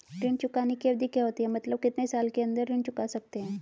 ऋण चुकाने की अवधि क्या होती है मतलब कितने साल के अंदर ऋण चुका सकते हैं?